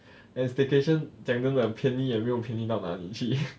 and staycation 讲真的便宜也没有便宜到哪里去